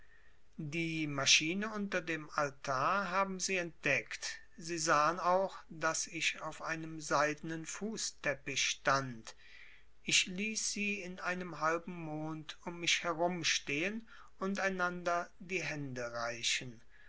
die maschine unter dem altar haben sie entdeckt sie sahen auch daß ich auf einem seidnen fußteppich stand ich ließ sie in einem halben mond um mich herumstehen und einander die hände reichen